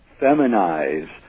feminize